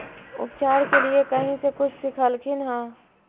उपचार के लीये कहीं से कुछ सिखलखिन हा?